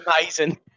amazing